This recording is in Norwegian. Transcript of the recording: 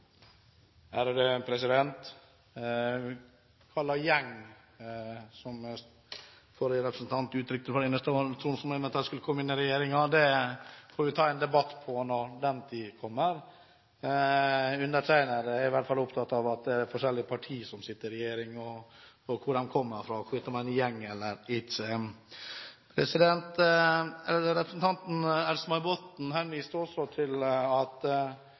Hva slags «gjeng», slik som forrige representant uttrykte det fra denne talerstolen, som skulle komme inn i regjeringen, får vi ta en debatt på når den tid kommer. Jeg er i hvert fall opptatt av at det er forskjellige partier som sitter i regjering – hvor de kommer fra – enten de er en «gjeng» eller ikke. Representanten Else-May Botten viste også til